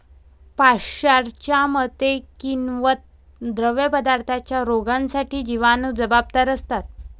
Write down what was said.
पाश्चरच्या मते, किण्वित द्रवपदार्थांच्या रोगांसाठी जिवाणू जबाबदार असतात